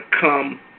come